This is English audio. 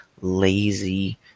lazy